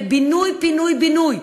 לבינוי-פינוי-בינוי,